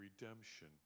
redemption